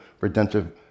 redemptive